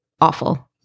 awful